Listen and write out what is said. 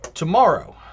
Tomorrow